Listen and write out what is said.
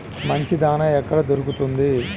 మంచి దాణా ఎక్కడ దొరుకుతుంది?